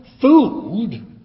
food